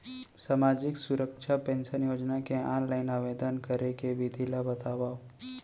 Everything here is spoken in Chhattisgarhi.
सामाजिक सुरक्षा पेंशन योजना के ऑनलाइन आवेदन करे के विधि ला बतावव